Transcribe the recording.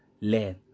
learn